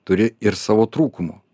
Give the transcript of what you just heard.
turi ir savo trūkumų